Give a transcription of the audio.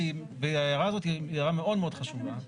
ההערה הזאת היא הערה מאוד חשובה,